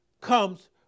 comes